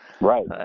Right